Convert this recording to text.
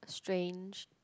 strange